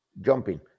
Jumping